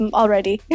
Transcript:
already